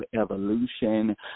evolution